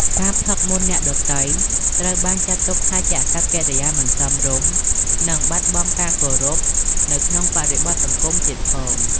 ការផឹកមុនអ្នកដទៃ ត្រូវបានចាត់ទុកថាជាអាកប្បកិរិយាមិនសមរម្យ និងបាត់បង់ការគោរពនៅក្នុងបរិបទសង្គមទៀតផង។